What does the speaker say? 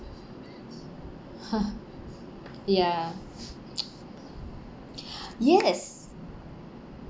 ya yes